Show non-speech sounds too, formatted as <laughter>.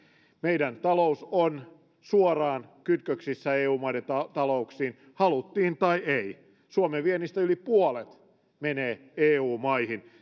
meidän talous on suoraan kytköksissä eu maiden talouksiin haluttiin tai ei suomen viennistä yli puolet menee eu maihin <unintelligible>